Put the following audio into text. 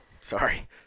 Sorry